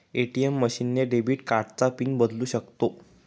ATM machine ने debit कार्डचा pin बदलू शकतो